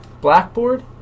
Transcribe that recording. blackboard